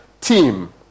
team